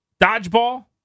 Dodgeball